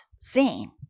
seen